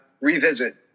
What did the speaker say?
revisit